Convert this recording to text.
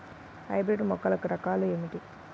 Hybrid మొక్కల రకాలు ఏమిటీ?